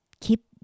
keep